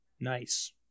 Nice